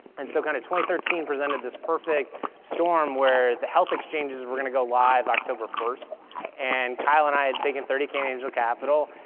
and so kind of thirteen presented this perfect storm where the health exchanges were gonna go live october first and kyle and i had taken thirty k in angel capital,